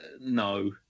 No